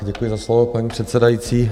Děkuji za slovo, paní předsedající.